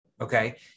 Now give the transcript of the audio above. okay